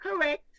correct